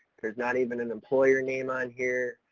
there's not even an employer name on here,